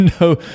no